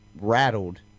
rattled